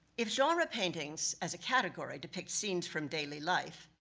if genre paintings, as a category, depicts scenes from daily life,